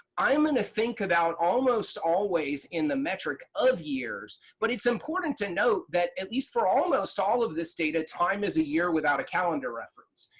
i'm going to think about almost always in the metric of years, but it's important to note that at least for almost all of this data, time is a year without a calendar reference.